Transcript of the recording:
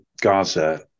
gaza